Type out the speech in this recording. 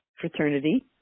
fraternity